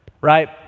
Right